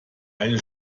eine